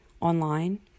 online